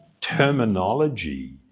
terminology